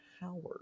Howard